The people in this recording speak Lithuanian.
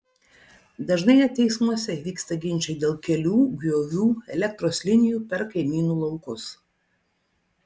dažnai net teismuose vyksta ginčai dėl kelių griovių elektros linijų per kaimynų laukus